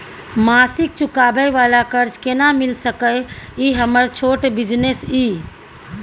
मासिक चुकाबै वाला कर्ज केना मिल सकै इ हमर छोट बिजनेस इ?